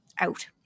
out